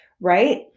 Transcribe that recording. right